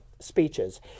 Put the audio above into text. speeches